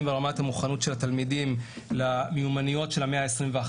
ברמת המוכנות של התלמידים למיומנויות של המאה ה-21.